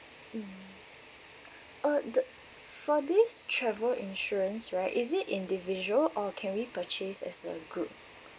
mm uh the for this travel insurance right is it individual or can we purchase as a group